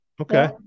Okay